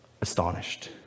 astonished